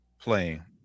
Playing